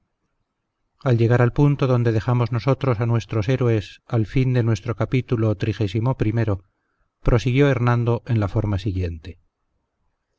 al llegar al punto donde dejamos nosotros a nuestros héroes al fin de nuestro capítulo xxxi prosiguió hernando en la forma siguiente